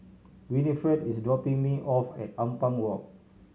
Winnifred is dropping me off at Ampang Walk